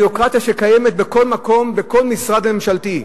אלא ביורוקרטיה שקיימת בכל מקום, בכל משרד ממשלתי.